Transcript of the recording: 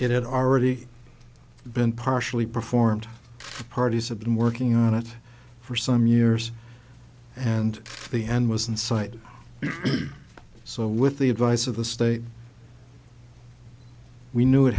it had already been partially performed the parties had been working on it for some years and the end was in sight so with the advice of the state we knew it